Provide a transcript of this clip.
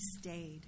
stayed